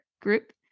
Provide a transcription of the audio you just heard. group